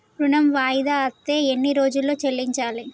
ఋణం వాయిదా అత్తే ఎన్ని రోజుల్లో చెల్లించాలి?